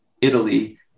Italy